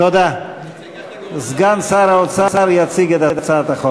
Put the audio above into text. אתה לא בנוי לזה.